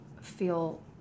feel